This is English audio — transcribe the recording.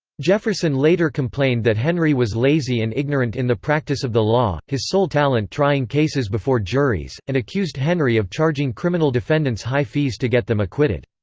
jefferson later complained that henry was lazy and ignorant in the practice of the law, his sole talent trying cases before juries, and accused henry of charging criminal defendants high fees to get them acquitted.